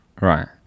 Right